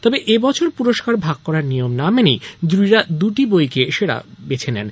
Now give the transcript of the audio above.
তবে এবছর পুরস্কার ভাগ করার নিয়ম না মেনেই জুরিরা দুটি বইকে সেরা বেছে নেন